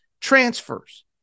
transfers